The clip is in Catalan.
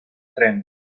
tren